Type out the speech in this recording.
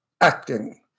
acting